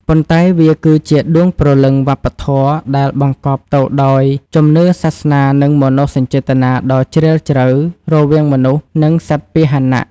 ប៉ុន្តែវាគឺជាដួងព្រលឹងវប្បធម៌ដែលបង្កប់ទៅដោយជំនឿសាសនា និងមនោសញ្ចេតនាដ៏ជ្រាលជ្រៅរវាងមនុស្ស និងសត្វពាហនៈ។